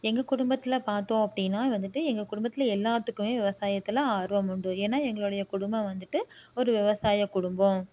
எங்கள் குடும்பத்தில் பார்த்தோம் அப்படீன்னா வந்துட்டு எங்கள் குடும்பத்தில் எல்லாத்துக்குமே விவசாயத்தில் ஆர்வம் உண்டு ஏன்னால் எங்களுடைய குடும்பம் வந்துட்டு ஒரு விவசாய குடும்பம்